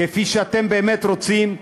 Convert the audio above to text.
כפי שאתם באמת רוצים,